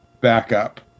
backup